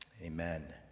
amen